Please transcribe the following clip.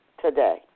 today